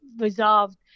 resolved